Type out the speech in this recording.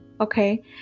okay